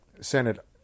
Senate